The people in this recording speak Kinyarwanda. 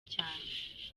cyane